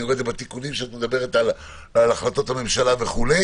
אני רואה את זה בתיקונים כשאת מדברת על החלטות הממשלה וכולי.